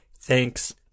Thanks